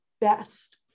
best